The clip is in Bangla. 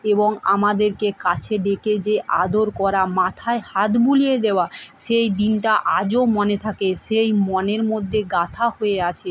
এবং আমাদেরকে কাছে ডেকে যে আদর করা মাথায় হাত বুলিয়ে দেওয়া সেই দিনটা আজও মনে থাকে সেই মনের মদ্যে গাঁথা হয়ে আছে